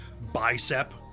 bicep